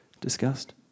discussed